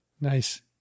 Nice